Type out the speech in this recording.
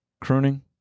Crooning